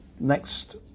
next